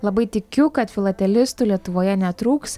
labai tikiu kad filatelistų lietuvoje netrūks